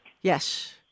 Yes